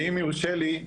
ואם יורשה לי,